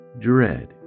dread